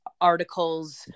articles